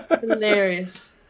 hilarious